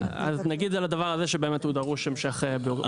אז נגיד על הדבר הזה שבאמת הוא דרוש המשך בירור.